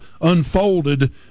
unfolded